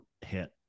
hit